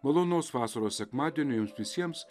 malonaus vasaros sekmadienio jums visiems